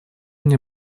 мне